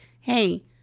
hey